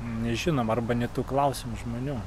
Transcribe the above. nežinom arba ne tų klausėm žmonių